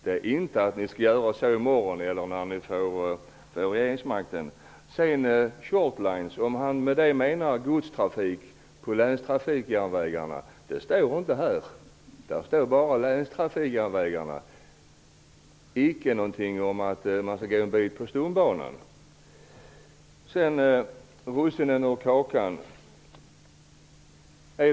Det står inte att ni skall genomföra detta i morgon eller när ni får regeringsmakten. Tänker Jarl Lander på godstrafik på länsjärnvägarna när han talar om s.k. short lines? Här nämns bara länsjärnvägarna. Det står inte någonting om att man skall använda en del av stomnätet. Jarl Lander talar om russinen i kakan.